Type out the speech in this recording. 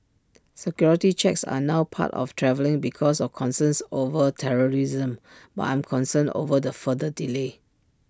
security checks are now part of travelling because of concerns over terrorism but I'm concerned over the further delay